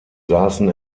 saßen